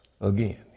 again